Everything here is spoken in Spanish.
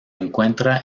encuentra